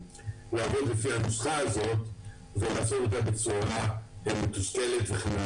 לעבוד לפי הנוסחה הזאת ולעשות אותה בצורה מושכלת.